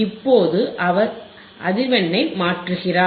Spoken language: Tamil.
இப்போது அவர் அதிர்வெண்ணை மாற்றுகிறார்